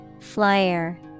Flyer